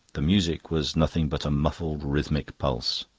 the music was nothing but a muffled rhythmic pulse.